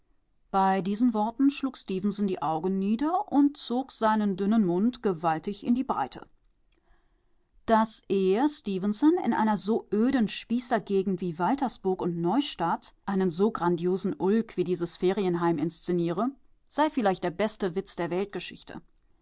bei diesen worten schlug stefenson die augen nieder und zog seinen dünnen mund gewaltig in die breite daß er stefenson in einer so öden spießergegend wie waltersburg und neustadt einen so grandiosen ulk wie dieses ferienheim inszeniere sei vielleicht der beste witz der weltgeschichte